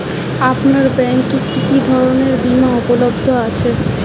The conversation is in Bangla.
আপনার ব্যাঙ্ক এ কি কি ধরনের বিমা উপলব্ধ আছে?